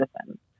citizens